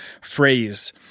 phrase